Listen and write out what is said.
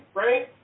right